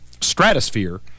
stratosphere